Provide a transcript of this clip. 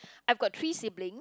I've got three siblings